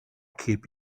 keep